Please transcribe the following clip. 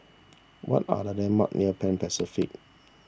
what are the landmarks near Pan Pacific